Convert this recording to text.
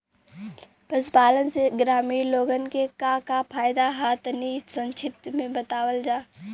पशुपालन से ग्रामीण लोगन के का का फायदा ह तनि संक्षिप्त में बतावल जा?